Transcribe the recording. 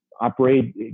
operate